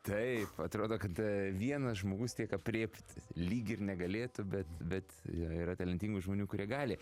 taip atrodo kad vienas žmogus tiek aprėpt lyg ir negalėtų bet bet yra talentingų žmonių kurie gali